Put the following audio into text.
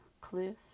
cliff